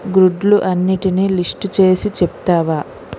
గ్రుడ్లు అన్నిటినీ లిస్ట్ చేసి చెప్తావా